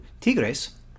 Tigres